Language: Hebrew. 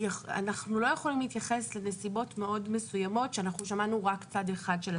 אנחנו לא יכולים להתייחס לזה כמסיבות מאוד מסוימות כששמענו רק צד אחד.